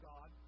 God